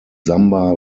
samba